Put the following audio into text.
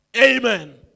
Amen